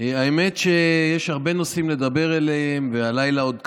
האמת שיש הרבה נושאים לדבר עליהם והלילה עוד קצר,